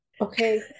okay